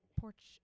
porch